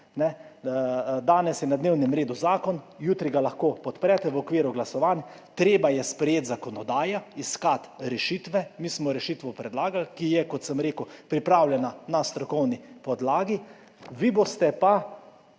Danes je na dnevnem redu zakon, jutri ga lahko podprete v okviru glasovanj. Treba je sprejeti zakonodajo, iskati rešitve. Mi smo predlagali rešitev, ki je, kot sem rekel, pripravljena na strokovni podlagi, vi se boste pa